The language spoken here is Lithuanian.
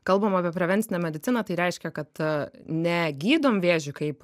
kalbam apie prevencinę mediciną tai reiškia kad ne gydom vėžį kaip